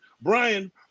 Brian